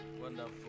wonderful